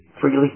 freely